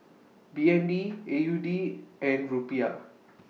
B N D A U D and Rupiah